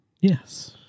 Yes